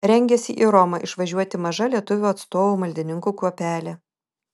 rengiasi į romą išvažiuoti maža lietuvių atstovų maldininkų kuopelė